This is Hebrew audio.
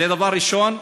זה דבר ראשון.